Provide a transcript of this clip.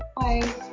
Bye